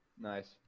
Nice